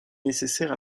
nécessaire